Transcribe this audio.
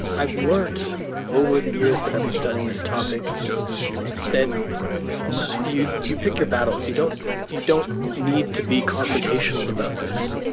i've learnt over the years that i've been studying this topic that you you pick your battles. you don't you don't need to be confrontational about this.